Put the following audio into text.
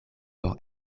por